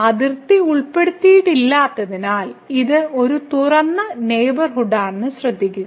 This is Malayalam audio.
അതിർത്തി ഉൾപ്പെടുത്തിയിട്ടില്ലാത്തതിനാൽ ഇത് ഒരു തുറന്ന നെയ്ബർഹുഡാണെന്ന് ശ്രദ്ധിക്കുക